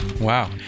Wow